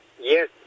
Yes